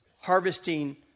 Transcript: harvesting